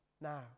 now